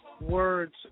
Words